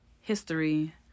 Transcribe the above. history